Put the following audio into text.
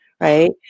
right